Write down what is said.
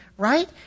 right